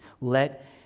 Let